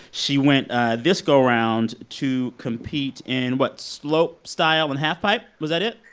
she went ah this go-round to compete in what? slopestyle and halfpipe? was that it?